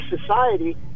society